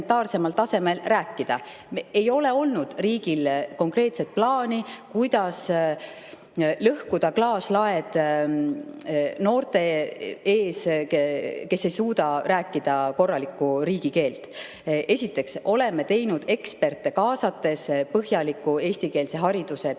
tasemel rääkida. Ei ole olnud riigil konkreetset plaani, kuidas lõhkuda klaaslaed noorte ees, kes ei suuda rääkida korralikku riigikeelt. Esiteks oleme teinud eksperte kaasates põhjaliku eestikeelse hariduse